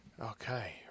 Okay